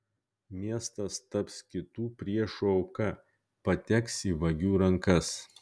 miestas taps kitų priešų auka pateks į vagių rankas